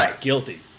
guilty